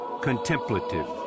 contemplative